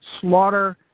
slaughter